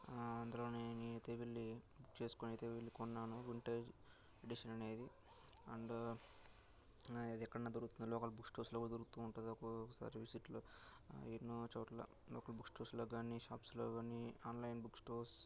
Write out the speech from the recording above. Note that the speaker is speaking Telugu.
అందులోనే నేను అయితే వెళ్లి బుక్ చేసుకుని అయితే వెళ్లి కొన్నాను వింటేజ్ ఎడిషన్ అనేది అండ్ ఇది ఎక్కడైనా దొరుకుతుంది లోకల్ బుక్ స్టోర్స్లో కూడా దొరుకుతు ఉంటుంది ఒక్కొక్కసారి విజిట్లో ఎన్నో చోట్ల లోకల్ బుక్ స్టోర్స్లో కాని షాప్స్లో కాని ఆన్లైన్ బుక్ స్టోర్స్